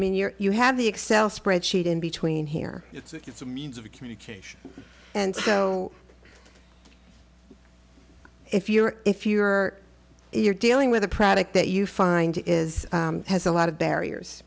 mean your you had the excel spreadsheet in between here it's a means of communication and so if you're if you're you're dealing with a product that you find is has a lot of barriers